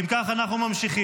אם כך, אנחנו ממשיכים.